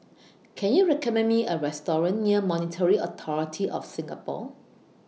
Can YOU recommend Me A Restaurant near Monetary Authority of Singapore